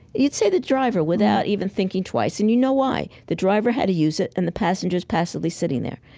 you'd say the driver without even thinking twice and you know why. the driver had to use it and the passenger's passively sitting there.